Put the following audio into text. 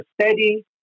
steady